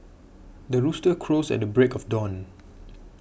the rooster crows at the break of dawn